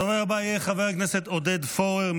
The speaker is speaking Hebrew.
הדובר הבא יהיה חבר הכנסת עודד פורר,